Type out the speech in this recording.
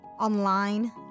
online